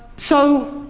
so,